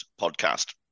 podcast